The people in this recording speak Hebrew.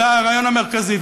זה הרעיון המרכזי.